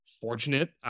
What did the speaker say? fortunate